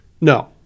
No